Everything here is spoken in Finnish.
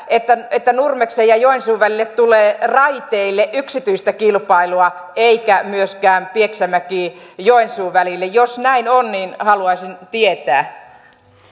että että nurmeksen ja joensuun välille tulee raiteille yksityistä kilpailua eikä myöskään pieksämäki joensuu välille jos näin on niin haluaisin tietää